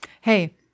hey